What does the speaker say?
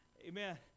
Amen